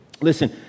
Listen